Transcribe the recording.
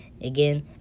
again